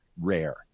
rare